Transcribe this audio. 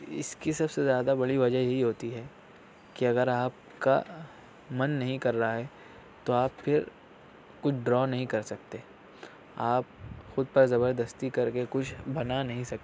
اس کی سب سے زیادہ بڑی وجہ یہی ہوتی ہے کہ اگر آپ کا من نہیں کر رہا ہے تو آپ پھر کچھ ڈرا نہیں کر سکتے آپ خود پر زبردستی کر کے کچھ بنا نہیں سکتے